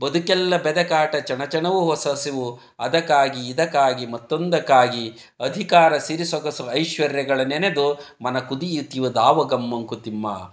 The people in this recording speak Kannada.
ಬದಕೆಲ್ಲ ಬೆದಕಾಟ ಚಣಚಣವು ಹೊಸಹಸಿವು ಅದಕಾಗಿ ಇದಕಾಗಿ ಮತ್ತೊಂದಕಾಗಿ ಅಧಿಕಾರ ಸಿರಿಸೂಗಸು ಐಶ್ವರ್ಯಗಳ ನೆನೆದು ಮನ ಕುದಿಯುತಿಹದಾವಗಂ ಮಂಕುತಿಮ್ಮ